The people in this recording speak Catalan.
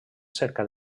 cerca